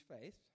faith